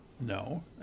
No